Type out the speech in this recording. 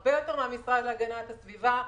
הרבה יותר מהמשרד להגנת הסביבה.